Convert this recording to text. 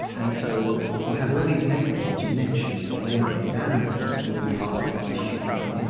and so you have all these mechanisms. you mentioned a warm blooded animal keeps warm partly by shivering,